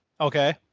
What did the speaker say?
Okay